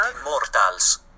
immortals